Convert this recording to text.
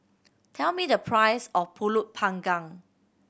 tell me the price of Pulut Panggang